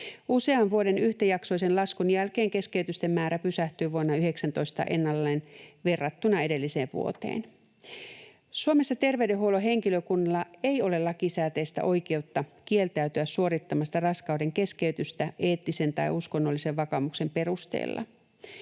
Usean vuoden yhtäjaksoisen laskun jälkeen keskeytysten määrä pysähtyi vuonna 2019 ennalleen verrattuna edelliseen vuoteen. Suomessa terveydenhuollon henkilökunnalla ei ole lakisääteistä oikeutta kieltäytyä suorittamasta raskauden keskeytystä eettisen tai uskonnollisen vakaumuksen perusteella.